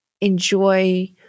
enjoy